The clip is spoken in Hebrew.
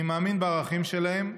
אני מאמין בערכים שלהם,